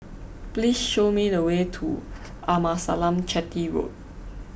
please show me the way to Amasalam Chetty Road